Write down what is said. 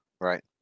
Right